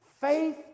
faith